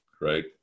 right